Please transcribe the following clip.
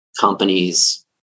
companies